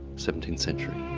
seventeenth century.